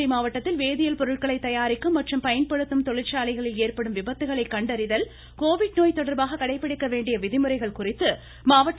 தஞ்சை மாவட்டத்தில் வேதியல் பொருட்களை தயாரிக்கும் மற்றும் பயன்படுத்தும் தொழிற்சாலைகளில் ஏற்படும் விபத்துகளை கண்டறிதல் கோவிட் நோய் தொடர்பாக வேண்டிய விதிமுறைகள் குறித்து கடைபிடிக்க மாவட்ட திரு